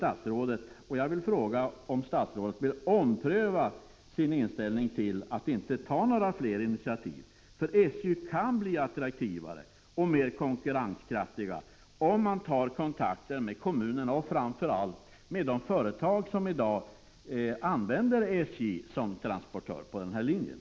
Jag vill fråga om statsrådet vill ompröva sin inställning och ta några fler initiativ. SJ kan ju bli attraktivare och mer konkurrenskraftigt om man tar kontakt med kommunerna och framför allt med de företag som i dag använder SJ som transportör på den här linjen.